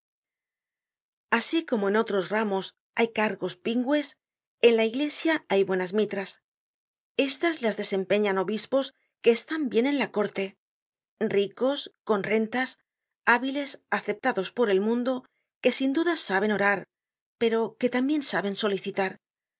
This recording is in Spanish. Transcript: así como en otros ramos hay cargos pingües en la iglesia hay buenas mitras estas las desempeñau obispos que están bien con la córte ricos con rentas hábiles aceptados por el mundo que sin duda saben orar pero que tambien saben solicitar